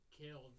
killed